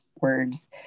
words